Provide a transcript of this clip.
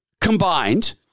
combined